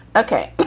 ok,